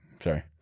Sorry